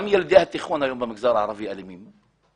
גם ילדי התיכון היום במגזר הערבי אלימים.